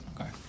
Okay